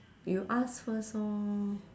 you ask first orh